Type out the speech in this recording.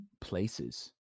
places